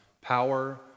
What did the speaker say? power